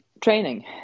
training